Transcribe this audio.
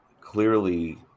clearly